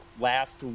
last